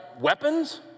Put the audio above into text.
weapons